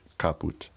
caput